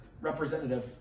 representative